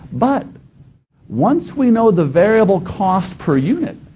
but once we know the variable cost per unit,